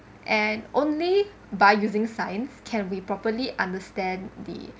and only by using science can we properly understand the